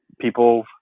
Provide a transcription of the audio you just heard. people